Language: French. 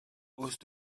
hausse